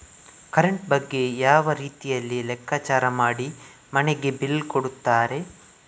Current ಬಗ್ಗೆ ಯಾವ ರೀತಿಯಲ್ಲಿ ಲೆಕ್ಕಚಾರ ಮಾಡಿ ಮನೆಗೆ ಬಿಲ್ ಕೊಡುತ್ತಾರೆ?